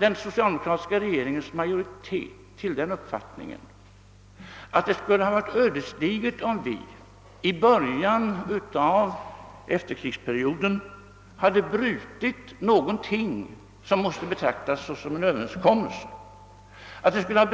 Den socialdemokratiska regeringens majoritet kom till den uppfattningen att det skulle varit ödesdigert om regeringen i början av efterkrigsperioden hade brutit något som måste betraktas som en överenskommelse, ty detta skulle ha